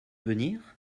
venir